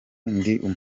ndi